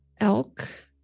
elk